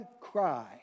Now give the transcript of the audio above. cry